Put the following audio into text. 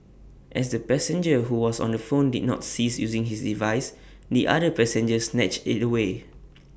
as the passenger who was on the phone did not cease using his device the other passenger snatched IT away